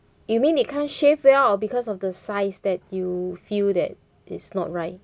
you mean it can't shave it off because of the size that you feel that is not right